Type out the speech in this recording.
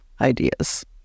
ideas